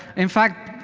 in fact,